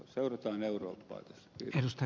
seurataan eurooppaa tässä